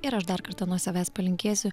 ir aš dar kartą nuo savęs palinkėsiu